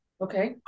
Okay